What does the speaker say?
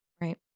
right